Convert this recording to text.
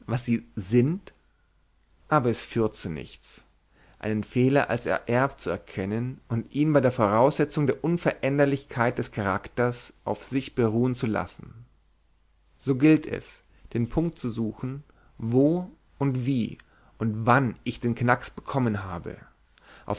was sie sind aber es führt zu nichts einen fehler als ererbt zu erkennen und ihn bei der voraussetzung der unveränderlichkeit des charakters auf sich beruhen zu lassen so gilt es den punkt zu suchen wo und wie und wann ich den knacks bekommen habe